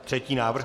Třetí návrh.